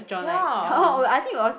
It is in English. ya